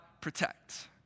protect